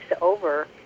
over